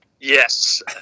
Yes